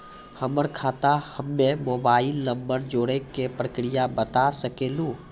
हमर खाता हम्मे मोबाइल नंबर जोड़े के प्रक्रिया बता सकें लू?